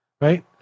right